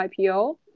IPO